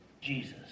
Jesus